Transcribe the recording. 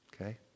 okay